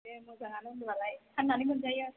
दे मोजाङानो होनब्लालाय फान्नानै मोनजायो